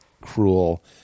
cruel